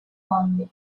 only